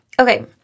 Okay